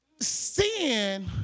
sin